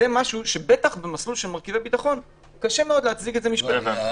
זה משהו שבטח במסלול של מרכיבי ביטחון קשה מאוד להצדיק את זה משפטית.